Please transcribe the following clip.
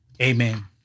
Amen